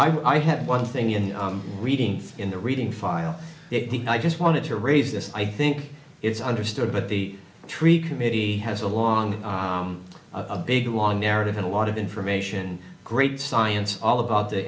so i had one thing in reading in the reading file i just wanted to raise this i think it's understood but the tree committee has a long a big long narrative and a lot of information and great science all about the